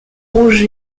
rouge